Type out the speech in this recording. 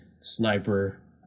sniper